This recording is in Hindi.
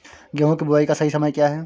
गेहूँ की बुआई का सही समय क्या है?